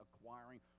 acquiring